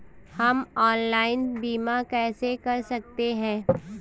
हम ऑनलाइन बीमा कैसे कर सकते हैं?